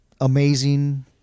amazing